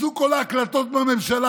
יצאו כל ההקלטות מהממשלה,